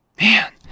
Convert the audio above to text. Man